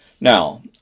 Now